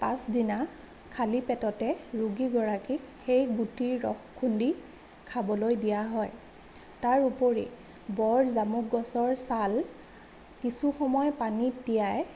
পাছদিনা খালী পেটতে ৰোগীগৰাকীক সেই গুটিৰ ৰস খুন্দি খাবলৈ দিয়া হয় তাৰ উপৰি বৰ জামুক গছৰ ছাল কিছু সময় পানীত তিয়াই